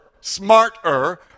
smarter